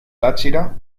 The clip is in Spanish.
táchira